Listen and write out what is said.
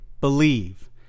believe